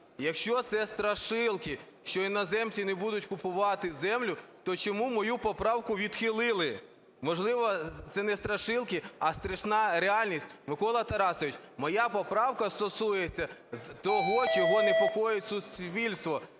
Якщо це страшилки, що іноземці не будуть купувати землю, то чому мою поправку відхили? Можливо, це не страшилки, а страшна реальність? Микола Тарасович, моя поправка стосується того, що непокоїть суспільство: